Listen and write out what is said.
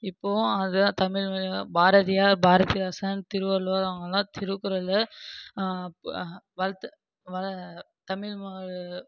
இப்போவும் அதுதான் தமிழ்மொழி தான் பாரதியார் பாரதிதாசன் திருவள்ளுவர் அவங்கள்லாம் திருக்குறள் வளர்த்து தமிழ்மொழி